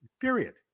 period